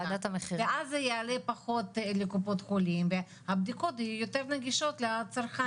ואז זה יעלה פחות לקופות החולים והבדיקות יהיו יותר נגישות לצרכן.